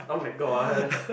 [oh]-my-god